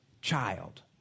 child